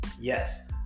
yes